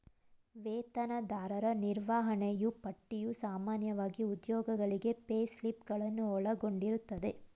ವೇತನದಾರರ ನಿರ್ವಹಣೆಯೂ ಪಟ್ಟಿಯು ಸಾಮಾನ್ಯವಾಗಿ ಉದ್ಯೋಗಿಗಳಿಗೆ ಪೇಸ್ಲಿಪ್ ಗಳನ್ನು ಒಳಗೊಂಡಿರುತ್ತದೆ